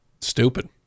stupid